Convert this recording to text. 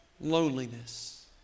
loneliness